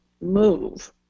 move